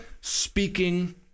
speaking